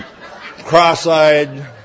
cross-eyed